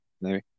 No